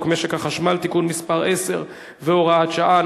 משק החשמל (תיקון מס' 10 והוראת שעה).